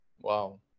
Wow